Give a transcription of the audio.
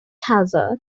hazard